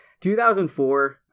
2004